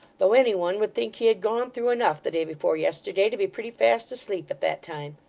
though any one would think he had gone through enough, the day before yesterday, to be pretty fast asleep at that time.